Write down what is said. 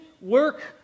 work